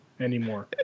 Anymore